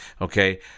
Okay